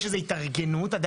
יש איזו התארגנות של הדיירים,